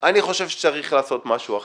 אני חושב שצריך לעשות משהו אחר.